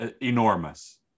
Enormous